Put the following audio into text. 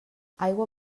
aigua